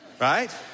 right